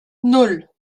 nan